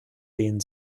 den